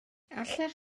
allech